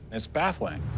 it's baffling.